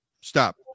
Stop